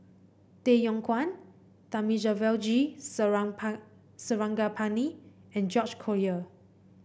Tay Yong Kwang Thamizhavel G Sarangapani and George Collyer